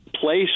place